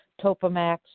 Topamax